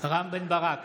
בן ברק,